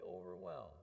overwhelmed